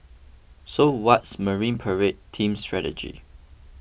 so what's Marine Parade team's strategy